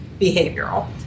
behavioral